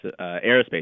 aerospace